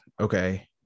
okay